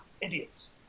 Idiots